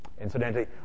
Incidentally